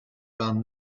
found